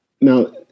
Now